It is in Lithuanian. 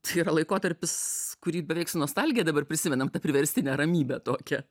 tai yra laikotarpis kurį beveik su nostalgija dabar prisimenam tą priverstinę ramybę tokią